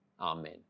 Amen